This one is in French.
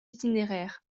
itinéraires